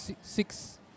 six